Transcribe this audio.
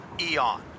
Eon